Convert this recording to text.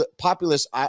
populist